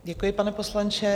Děkuji, pane poslanče.